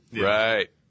Right